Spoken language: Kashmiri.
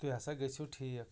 تُہۍ ہَسا گٔژھیو ٹھیٖک